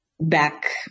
back